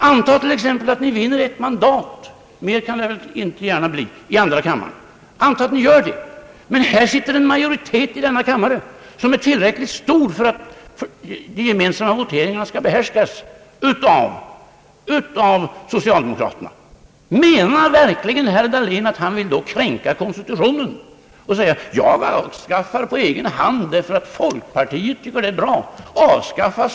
Antag t.ex. att ni vinner ett mandat i andra kammaren, mer kan det inte gärna bli, men här sitter en majoritet i denna kammare som är tillräckligt stor för att de gemensamma voteringarna skall behärskas av socialdemokraterna. Menar verkligen herr Dahlén att han då vill kränka konsti tutionen och säga att jag avskaffar på egen hand första kammaren därför att folkpartiet tycker att det är bra?